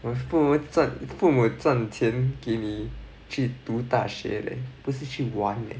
your 父母赚父母赚钱给你去读大学 leh 不是去玩 leh